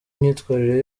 imyitwarire